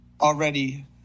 Already